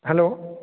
hello